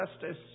justice